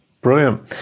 Brilliant